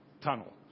tunnel